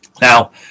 Now